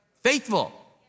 faithful